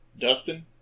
Dustin